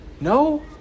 No